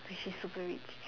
she's super rich